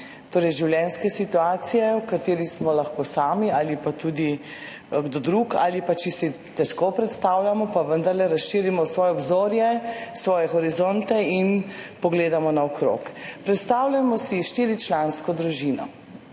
torej življenjske situacije, v kateri smo lahko sami ali pa tudi kdo drug, ali pa če si težko predstavljamo, pa vendarle, razširimo svoje obzorje, svoje horizonte in poglejmo naokrog. Predstavljajmo si štiričlansko družino.